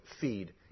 feed